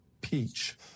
peach